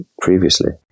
previously